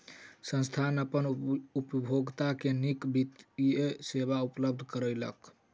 संस्थान अपन उपभोगता के नीक वित्तीय सेवा उपलब्ध करौलक